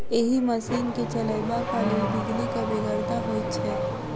एहि मशीन के चलयबाक लेल बिजलीक बेगरता होइत छै